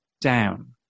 down